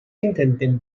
intenten